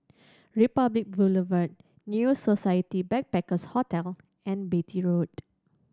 Republic Boulevard New Society Backpackers' Hotel and Beatty Road